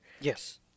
Yes